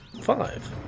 five